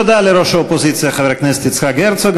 תודה לראש האופוזיציה חבר הכנסת יצחק הרצוג.